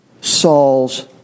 Saul's